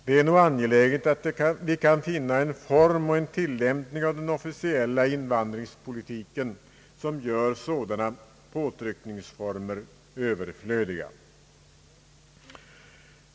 Det är nog angeläget att vi kan finna en form och en tillämpning av den officiella invandringspolitiken som gör sådana påtryckningsformer överflödiga.